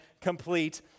complete